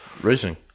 Racing